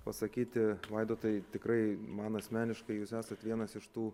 pasakyti vaidotai tikrai man asmeniškai jūs esat vienas iš tų